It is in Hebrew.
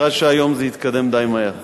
נראה שהיום זה יתקדם די מהר.